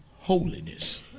holiness